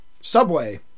Subway